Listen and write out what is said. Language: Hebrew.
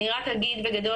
אני רק אגיד בגדול,